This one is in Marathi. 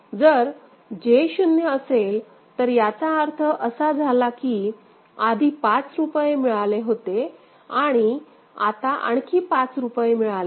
जर J शून्य असेल तर याचा अर्थ असा झाला की आधी पाच रुपये मिळाले होते आणि आता आणखी पाच रुपये मिळाले आहेत